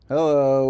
Hello